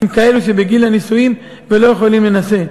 הם כאלו שכבר בגיל הנישואים ולא יכולים להינשא.